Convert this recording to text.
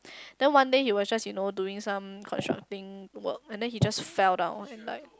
then one day he was just you know doing some constructing work and then he just fell down and like